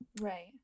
Right